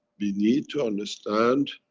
we need to understand,